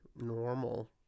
normal